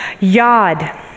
Yod